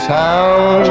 town